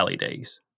LEDs